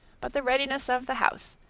but the readiness of the house,